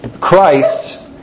Christ